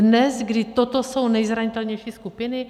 Dnes, kdy toto jsou nejzranitelnější skupiny?